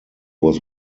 was